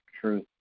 truth